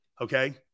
Okay